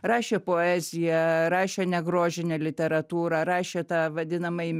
rašė poeziją rašė negrožinę literatūrą rašė tą vadinamąjį